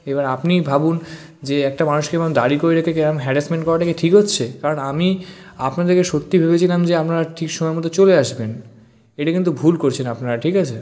এবার আপনিই ভাবুন যে একটা মানুষকে দাঁড় করিয়ে রেখে কি এরকম হ্যারাসমেন্ট করাটা কি ঠিক হচ্ছে কারণ আমি আপনাদেরকে সত্যি ভেবেছিলাম যে আপনারা ঠিক সময় মতো চলে আসবেন এটা কিন্তু ভুল করছেন আপনারা ঠিক আছে